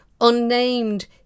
Unnamed